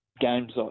games